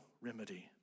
remedy